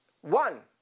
one